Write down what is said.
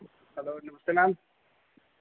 नमस्ते ma'am